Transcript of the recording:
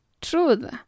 Truth